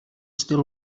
still